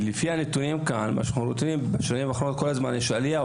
לפי הנתונים כאן אנחנו רואים שכל הזמן יש עלייה,